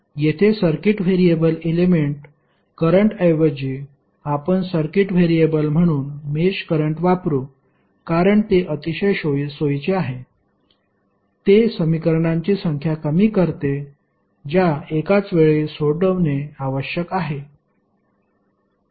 येथे circuit variable element current ऐवजी आपण सर्किट व्हेरिएबल म्हणून मेष करंट वापरु कारण ते अतिशय सोयीचे आहे ते समीकरणांची संख्या कमी करते ज्या एकाच वेळी सोडवणे आवश्यक आहे